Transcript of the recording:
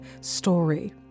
story